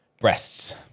breasts